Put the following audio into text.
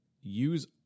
use